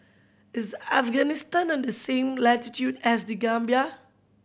is Afghanistan on the same latitude as The Gambia